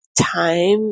time